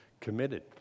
committed